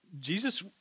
Jesus